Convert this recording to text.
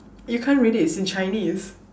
you can't read it it's in Chinese